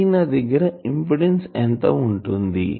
antenna దగ్గర impedance ఎంత ఉంటుంది